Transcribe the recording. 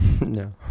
No